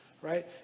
right